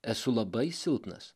esu labai silpnas